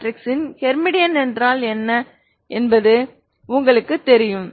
மேட்ரிக்ஸின் ஹெர்மிடியன் என்றால் என்ன என்பது உங்களுக்குத் தெரியும்